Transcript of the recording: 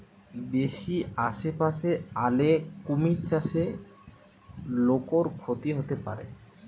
বেশি আশেপাশে আলে কুমির চাষে লোকর ক্ষতি হতে পারে